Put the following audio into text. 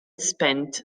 spent